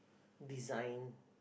design